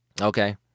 Okay